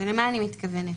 ולמה אני מתכוונת?